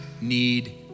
need